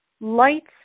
lights